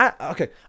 Okay